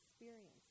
experience